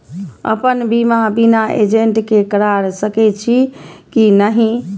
अपन बीमा बिना एजेंट के करार सकेछी कि नहिं?